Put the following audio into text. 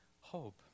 hope